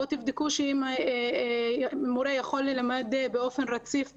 בואו תבדקו אם מורה יכול ללמד באופן רציף בכיתות.